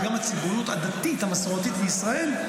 גם הציבוריות הדתית והמסורתית בישראל,